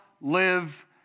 live